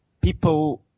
people